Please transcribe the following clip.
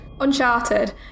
Uncharted